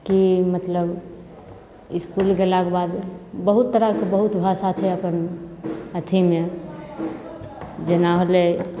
कि मतलब इसकुल गेलाके बाद बहुत तरहके बहुत भाषा छै अपन अथीमे जेना होलै